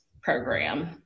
program